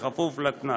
בכפוף לתנאי.